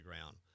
ground